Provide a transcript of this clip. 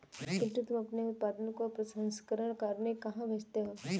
पिंटू तुम अपने उत्पादन को प्रसंस्करण करने कहां भेजते हो?